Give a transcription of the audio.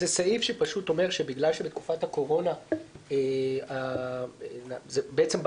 זה סעיף שפשוט אומר שבגלל שבתקופת הקורונה זה בעצם בא